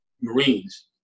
Marines